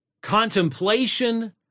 contemplation